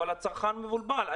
אבל הצרכן מבולבל.